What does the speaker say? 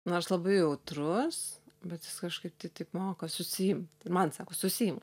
nors labai jautrus bet jis kažkaip tai taip moka susiimt ir man sako susiimk